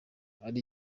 ari